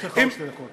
יש לך עוד שתי דקות.